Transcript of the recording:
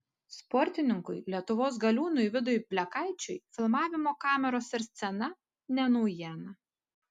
sportininkui lietuvos galiūnui vidui blekaičiui filmavimo kameros ir scena ne naujiena